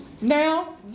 Now